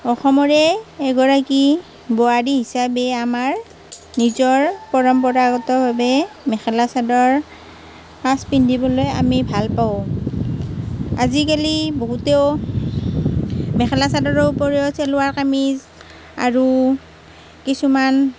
অসমৰে এগৰাকী বোৱাৰী হিচাপে আমাৰ নিজৰ পৰম্পৰাগতভাবে মেখেলা চাদৰ সাজ পিন্ধিবলৈ আমি ভাল পাওঁ আজিকালি বহুতেও মেখেলা চাদৰৰ উপৰিও চেলোৱাৰ কামিজ আৰু কিছুমান